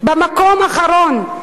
במקום האחרון.